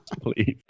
please